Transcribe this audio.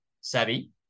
savvy